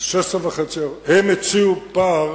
הם הציעו פער